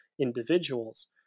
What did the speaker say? individuals